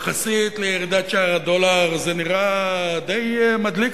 יחסית לירידת שער הדולר זה נראה די מדליק,